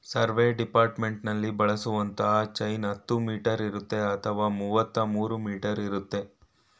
survey ಡಿಪಾರ್ಟ್ಮೆಂಟ್ನಲ್ಲಿ ಬಳಸುವಂತ chain ಹತ್ತು ಮೀಟರ್ ಇರುತ್ತೆ ಅಥವಾ ಮುವತ್ಮೂರೂ ಮೀಟರ್ ಇರ್ತದೆ